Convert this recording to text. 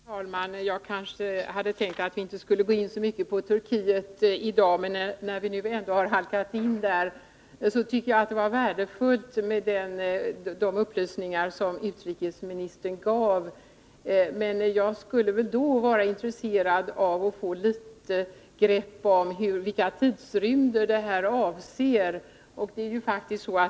Herr talman! Jag kanske hade tänkt att vi inte skulle gå in så mycket på Turkiet i dag, men när vi nu ändå har halkat in på den frågan vill jag säga att jag tycker det var värdefullt med de upplysningar som utrikesministern gav. Men jag skulle vara intresserad av att få litet grepp om vilka tidrymder det handlar om.